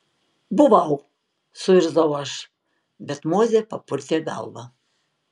buvau suirzau aš bet mozė papurtė galvą